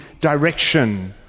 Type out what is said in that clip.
direction